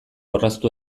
orraztu